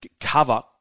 cover